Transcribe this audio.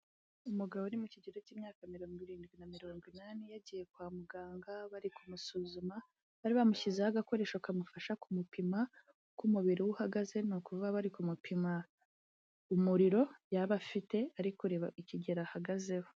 Umugabo uri mu kigero cy'imyaka mirongo irindwi na mirongo inani, yagiye kwa muganga, bari kumusuzuma, bari bamushyizeho agakoresho kamufasha kumupima uko umubiri we uhagaze, ni ukuvuga bari kumupima umuriro yaba afite, bari kureba ikigero ahagazeho.